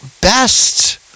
best